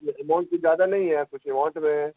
amount کچھ زیادہ نہیں ہے کچھ اماؤنٹ میں ہے